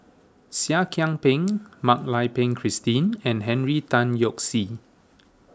Seah Kian Peng Mak Lai Peng Christine and Henry Tan Yoke See